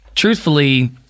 Truthfully